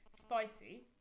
spicy